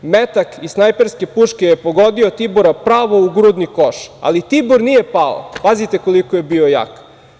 Metak iz snajperske puške je pogodio Tibora pravo u grudni koš, ali Tibor nije pao.“ Pazite, koliko je Tibor bio jak.